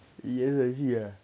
言承旭 ah